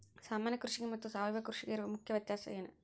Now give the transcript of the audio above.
ಸಾಮಾನ್ಯ ಕೃಷಿಗೆ ಮತ್ತೆ ಸಾವಯವ ಕೃಷಿಗೆ ಇರುವ ಮುಖ್ಯ ವ್ಯತ್ಯಾಸ ಏನು?